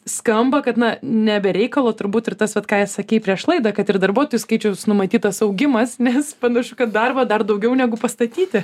skamba kad na ne be reikalo turbūt ir tas vat ką sakei prieš laidą kad ir darbuotojų skaičiaus numatytas augimas nes panašu kad darbo dar daugiau negu pastatyti